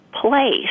place